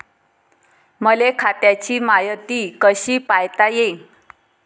मले खात्याची मायती कशी पायता येईन?